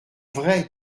vrai